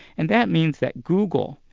and that means that google,